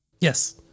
Yes